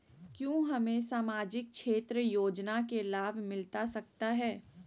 क्या हमें सामाजिक क्षेत्र योजना के लाभ मिलता सकता है?